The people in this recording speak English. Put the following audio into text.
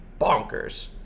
bonkers